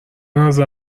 نظر